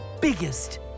biggest